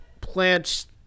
plants